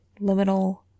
liminal